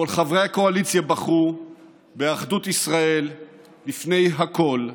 כל חברי הקואליציה בחרו באחדות ישראל לפני הכול.